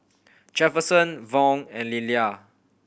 Jefferson Vaughn and Lilia